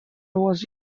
was